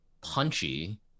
punchy